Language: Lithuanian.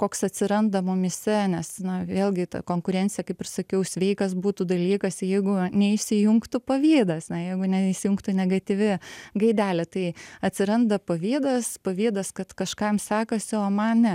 koks atsiranda mumyse nes na vėlgi ta konkurencija kaip ir sakiau sveikas būtų dalykas jeigu neįsijungtų pavydas na jeigu neįsijungtų negatyvi gaidelė tai atsiranda pavydas pavydas kad kažkam sekasi o man ne